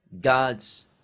God's